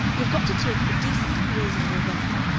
you've got to take the decent reasonable way.